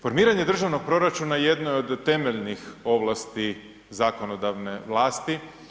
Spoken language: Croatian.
Formiranje državnog proračuna jedno je od temeljnih ovlasti zakonodavne vlasti.